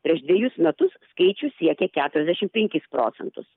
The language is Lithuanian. prieš dvejus metus skaičius siekė keturiasdešim penkis procentus